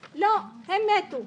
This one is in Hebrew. לא, הם מתו.